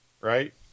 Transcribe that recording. right